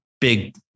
big